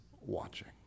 watching